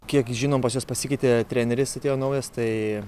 kiek žinom pas juos pasikeitė treneris atėjo naujas tai